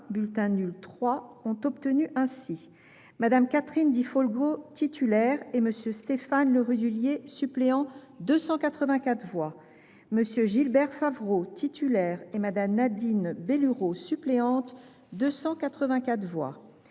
Bulletins nuls : 3 Ont obtenu : Mme Catherine Di Folco, titulaire, et M. Stéphane Le Rudulier, suppléant, 284 voix ; M. Gilbert Favreau, titulaire, et Mme Nadine Bellurot, suppléante, 284 voix